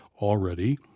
already